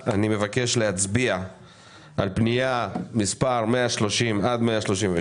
אני יודע שיש דרישה של הרשויות לעוד צוערים.